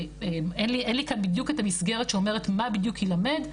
אין לי כאן בדיוק את המסגרת שאומרת מה בדיוק יילמד,